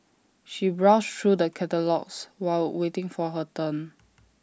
she browsed through the catalogues while waiting for her turn